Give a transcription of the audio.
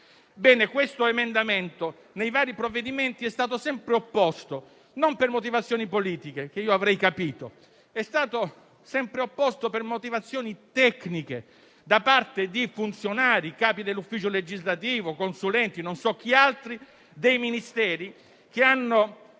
Questo emendamento nei vari provvedimenti ha trovato sempre un'opposizione, e non per motivazioni politiche - io l'avrei capito - ma per motivazioni tecniche da parte di funzionari, capi dell'ufficio legislativo, consulenti e non so chi altri dei Ministeri, che hanno